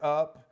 up